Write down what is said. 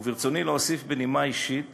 ברצוני להוסיף בנימה אישית